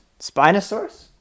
Spinosaurus